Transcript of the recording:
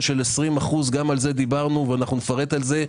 של 20% - גם על זה דיברנו ונפרט על זה.